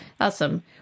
Awesome